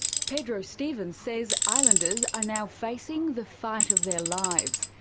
pedro stephen says islanders are now facing the fight of their lives.